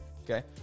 Okay